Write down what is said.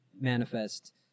manifest